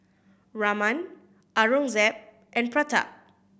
Raman Aurangzeb and Pratap